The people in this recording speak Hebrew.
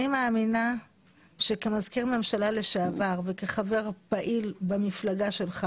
אני מאמינה שכמזכיר ממשלה לשעבר וכחבר פעיל במפלגה שלך